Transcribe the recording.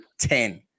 ten